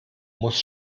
muss